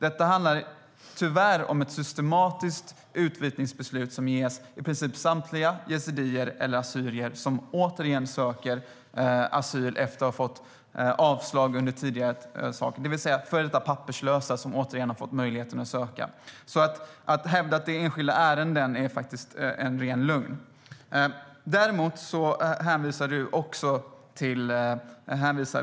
Detta handlar tyvärr om ett systematiskt utvisningsbeslut som ges i princip samtliga yezidier eller assyrier som åter söker asyl efter att de har fått avslag, det vill säga före detta papperslösa som återigen har fått möjligheten att söka. Att hävda att det är enskilda ärenden är faktiskt en ren lögn.